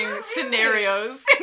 scenarios